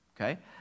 Okay